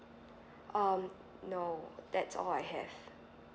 um no that's all I have